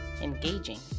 engaging